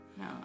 No